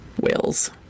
whales